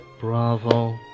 bravo